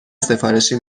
سفارشی